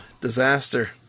disaster